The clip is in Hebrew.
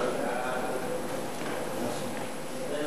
חוק